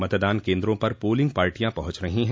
मतदान केन्द्रों पर पोलिंग पार्टियां पहुंच रही हैं